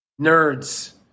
nerds